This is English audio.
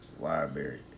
Library